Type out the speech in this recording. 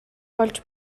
болж